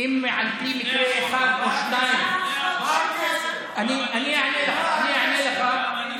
אם על פי זה אחד או שניים, מה הקשר?